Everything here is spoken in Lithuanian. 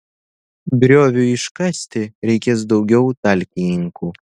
grioviui iškasti reikės daugiau talkininkų